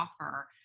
offer